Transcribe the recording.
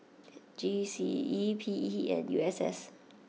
G C E P E and U S S